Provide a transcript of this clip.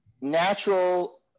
natural